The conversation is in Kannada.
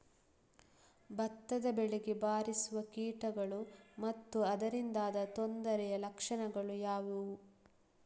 ಭತ್ತದ ಬೆಳೆಗೆ ಬಾರಿಸುವ ಕೀಟಗಳು ಮತ್ತು ಅದರಿಂದಾದ ತೊಂದರೆಯ ಲಕ್ಷಣಗಳು ಯಾವುವು?